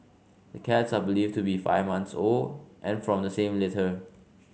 the cats are believed to be five months old and from the same litter